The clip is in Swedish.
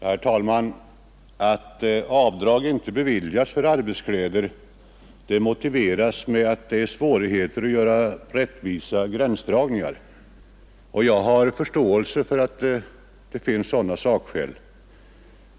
Herr talman! Att avdrag inte beviljas för arbetskläder motiveras med svårigheterna att göra rättvisa gränsdragningar. Jag har förståelse för detta skäl.